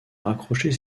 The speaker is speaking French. raccrocher